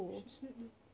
she stayed there